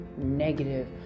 negative